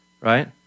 right